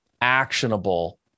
actionable